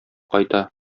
кайта